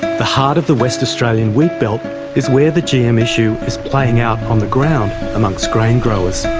the heart of the west australian wheatbelt is where the gm issue is playing out on the ground amongst grain growers.